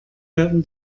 werden